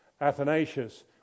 Athanasius